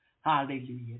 Hallelujah